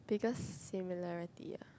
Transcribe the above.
biggest similarity ah